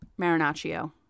Marinaccio